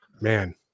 man